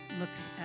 looks